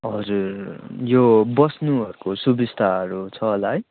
हजुर यो बस्नुहरूको सुबिस्ताहरू छ होला है